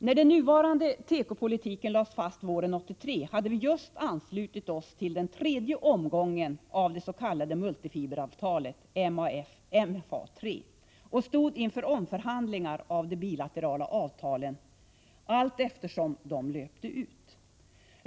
När den nuvarande tekopolitiken lades fast våren 1983 hade vi just anslutit oss till den tredje omgången av det s.k. multifiberavtalet, MFA III, och stod inför omförhandlingar om de bilaterala avtalen allteftersom de löpte ut.